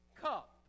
cup